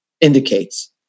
indicates